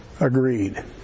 agreed